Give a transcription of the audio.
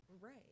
Right